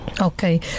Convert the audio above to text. Okay